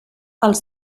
els